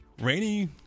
rainy